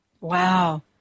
Wow